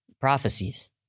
Prophecies